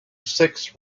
six